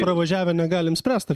pravažiavę negalim spręst ar